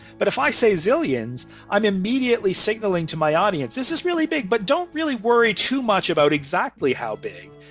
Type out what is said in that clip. but if i say zillions, i'm immediately signaling to my audience this is really big but don't really worry too much about exactly how big.